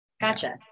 Gotcha